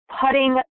putting